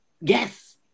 yes